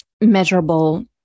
measurable